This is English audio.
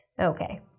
Okay